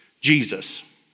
Jesus